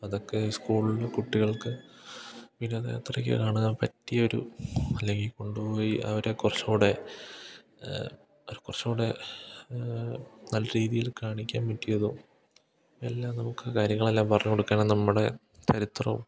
അതൊക്കെ സ്കൂളിൽ കുട്ടികൾക്ക് വിനോദയാത്രയ്ക്ക് കാണാൻ പറ്റിയൊരു അല്ലെങ്കിൽ കൊണ്ടുപോയി അവരെ കുറച്ചുകൂടെ അവരെ കുറച്ചുകൂടെ നല്ല രീതിയിൽ കാണിക്കാൻ പറ്റിയതും എല്ലാം നമുക്ക് കാര്യങ്ങളെല്ലാം പറഞ്ഞു കൊടുക്കണം നമ്മുടെ ചരിത്രവും